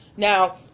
Now